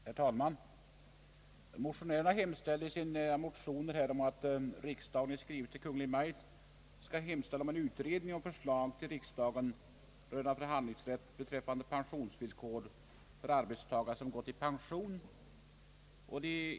Herr talman! Motionärerna hemställer i sin motion, att riksdagen i skrivelse till Kungl. Maj:t hemställer om utredning och förslag till riksdagen rörande förhandlingsrätt beträffande pensionsvillkor för arbetstagare som gått i pension.